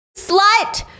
slut